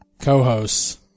co-hosts